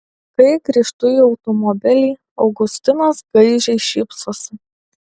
kai grįžtu į automobilį augustinas gaižiai šypsosi